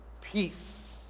peace